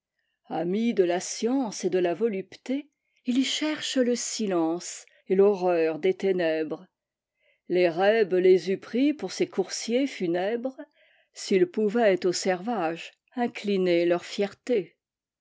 amis de la science et de la volupté us cherchent le silence et l'horreur des ténèbres l'érèbe les eût pris pour ses coursiers funèbres s'ils pouvaient au servage incliner leur fierté